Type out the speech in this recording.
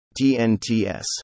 TNTS